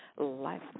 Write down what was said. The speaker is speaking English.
life